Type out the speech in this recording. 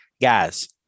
Guys